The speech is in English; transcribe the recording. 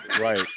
right